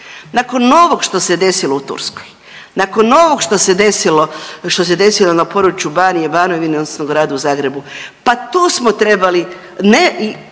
Nakon ovog što se desilo u Turskoj, nakon ovog što se desilo, što se desilo na području Banije i Banovine odnosno Gradu Zagrebu, pa tu smo trebali, ne,